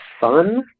fun